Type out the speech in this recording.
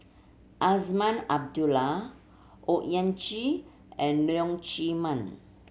Azman Abdullah Owyang Chi and Leong Chee Mun